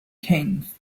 kings